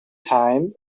time